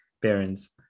Baron's